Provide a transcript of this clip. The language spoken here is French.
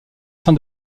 sein